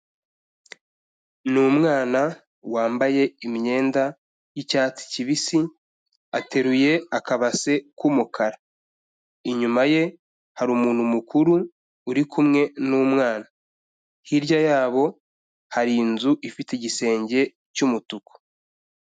Ni umwana wambaye imyenda y'icyatsi kibisi, ateruye akabase k'umukara. Inyuma ye hari umuntu mukuru uri kumwe n'umwana. Hirya yabo hari inzu ifite igisenge cy'umutuku.